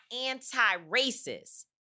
anti-racist